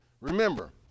remember